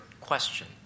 question